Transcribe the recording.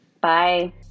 Bye